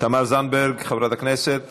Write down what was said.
חברת הכנסת